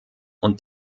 und